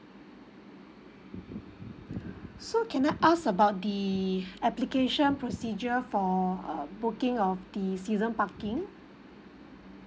so can I ask about the application procedure for err booking of the season parking